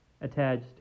attached